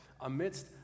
amidst